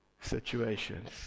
situations